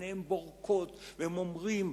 ועיניהם בורקות, והם אומרים: